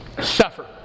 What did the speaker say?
suffer